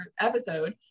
episode